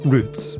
Roots